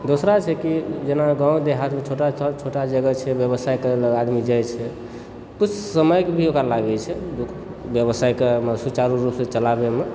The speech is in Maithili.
दोसरा छै कि जेना गाँव देहातमे छोटा जगह छै व्यवसाय करय लऽ आदमी जाइत छै कुछ समय भी ओकरा लागय छै व्यवसाय कऽ मने सुचारु रुपसँ चलाबयमे